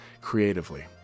creatively